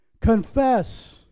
confess